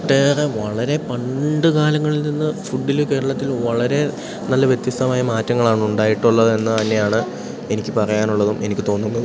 ഒട്ടേറെ വളരെ പണ്ട് കാലങ്ങളിൽ നിന്ന് ഫുഡ്ഡിൽ കേരളത്തിൽ വളരെ നല്ല വ്യത്യസ്തമായ മാറ്റങ്ങളാണ് ഉണ്ടായിട്ടുള്ളതെന്ന് തന്നെയാണ് എനിക്ക് പറയാനുള്ളതും എനിക്ക് തോന്നുന്നതും